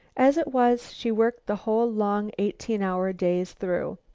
as it was, she worked the whole long eighteen-hour days through.